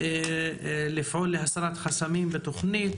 צריך לפעול להסרת חסמים בתוכנית,